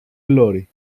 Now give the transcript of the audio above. πλώρη